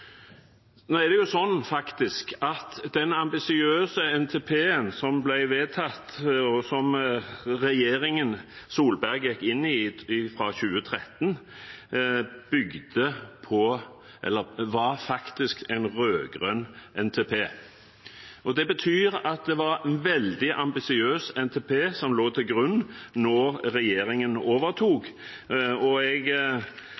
Nå er det slik at den ambisiøse NTP-en som ble vedtatt, og som regjeringen Solberg overtok fra 2013, faktisk var en rød-grønn NTP. Det betyr at det var en veldig ambisiøs NTP som lå til grunn da regjeringen